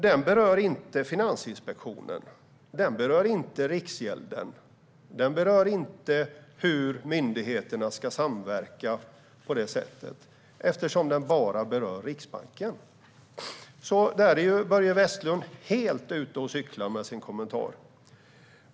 Den berör inte Finansinspektionen, inte Riksgälden och inte hur myndigheterna ska samverka, eftersom Riksbanksutredningen bara berör Riksbanken. Där är Börje Vestlund helt ute och cyklar med sin kommentar.